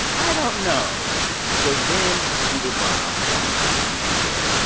i don't know so then scooter braun, who's ariana grande's manager,